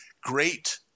great